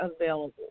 available